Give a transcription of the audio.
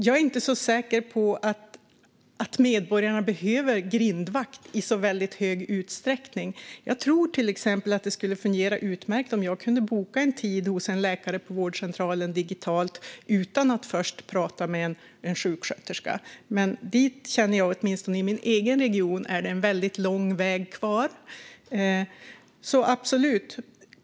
Jag är inte så säker på att medborgarna behöver grindvakt i så väldigt hög utsträckning. Jag tror till exempel att det skulle kunna fungera utmärkt om jag kunde boka en tid hos en läkare på vårdcentralen digitalt utan att först prata med en sjuksköterska. Men dit känner jag att det åtminstone i min egen region är en mycket lång väg kvar.